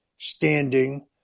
standing